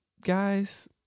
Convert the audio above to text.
Guys